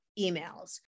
emails